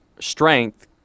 strength